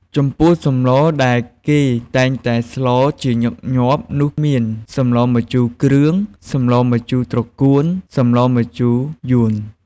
ចំពោះសម្លដែលគេតែងតែស្លជាញឹកញាប់នោះមាន សម្លម្ជូរគ្រឿង សម្លម្ជូរត្រកួន សម្លម្ជូរយួន។